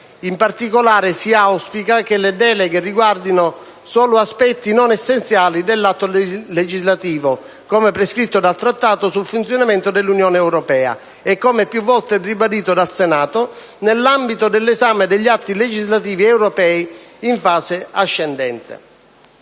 In particolare, si auspica che le deleghe riguardino solo aspetti non essenziali dell'atto legislativo, come prescritto dal Trattato sul funzionamento dell'Unione europea e come più volte ribadito dal Senato, nell'ambito dell'esame degli atti legislativi europei in fase ascendente.